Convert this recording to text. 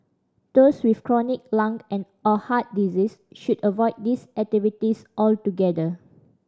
those with chronic lung and or heart disease should avoid these activities altogether